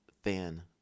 fan